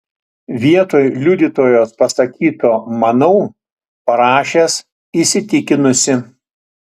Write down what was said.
vietoj liudytojos pasakyto manau parašęs įsitikinusi